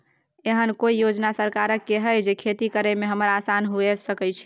एहन कौय योजना सरकार के है जै खेती करे में हमरा आसान हुए सके छै?